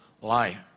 life